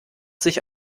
sich